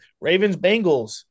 Ravens-Bengals